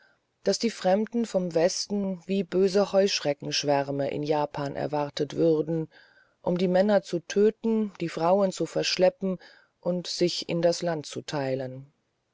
daß die fremden vom westen wie böse heuschreckenschwärme in japan erwartet würden um die männer zu töten die frauen zu verschleppen und sich in das land zu teilen